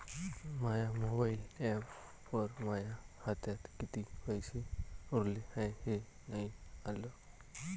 माया mobile ॲपवर माया खात्यात किती पैसे उरले हाय हे नाही आलं